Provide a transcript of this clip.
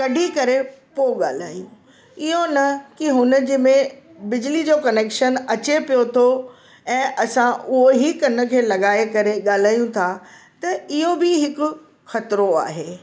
कढी करे पोइ ॻाल्हाइयूं इहो न की हुनजे में बिजली जो कनैक्शन अचे पियो थो ऐं उहो ई कनि खे लॻाइ करे ॻाल्हाइयूं था त इयो बि हिकु खतरो आहे